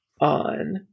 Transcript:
on